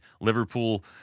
Liverpool